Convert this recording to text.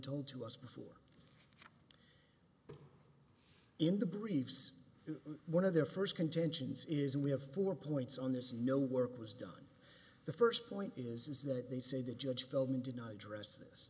told to us before in the briefs one of their first contentions is we have four points on this no work was done the first point is is that they say the judge feldman did not address this